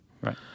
Right